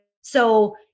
So-